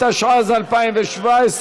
התשע"ז 2017,